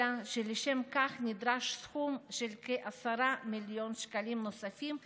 אלא שלשם כך נדרש סכום של כ-10 מיליון שקלים נוספים לתוכנית,